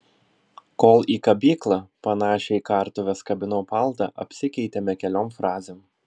kol į kabyklą panašią į kartuves kabinau paltą apsikeitėme keliom frazėm